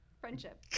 friendship